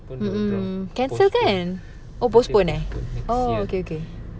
postpone postpone next year